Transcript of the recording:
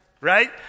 right